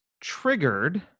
triggered